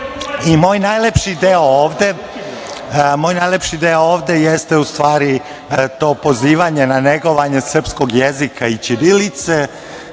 moj najlepši deo ovde jeste ustvari to pozivanje na negovanje srpskog jezika i ćirilice,